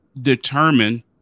determine